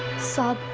sir.